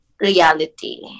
reality